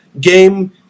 game